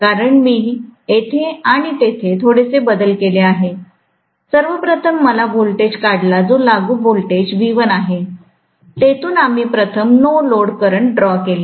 कारण मी येथे आणि तेथे थोडेसे बदल केले आहेत सर्वप्रथम आम्ही व्होल्टेज काढला जो लागू व्होल्टेज V1 आहे तेथून आम्ही प्रथम नो लोड करंट ड्रॉ केले